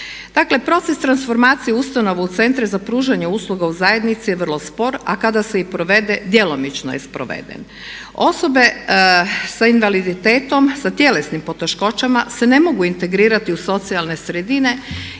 Dakle, proces transformacije ustanova u Centre za pružanje usluga u zajednici je vrlo spor, a kada se i provede djelomično je sproveden. Osobe sa invaliditetom, sa tjelesnim poteškoćama se ne mogu integrirati u socijalne sredine